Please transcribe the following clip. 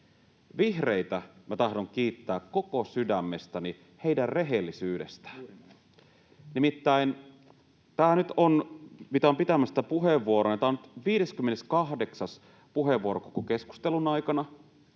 Vihreitä minä tahdon kiittää koko sydämestäni heidän rehellisyydestään. Nimittäin tämä puheenvuoro, mitä olen pitämässä, on nyt 58. puheenvuoro koko keskustelun aikana.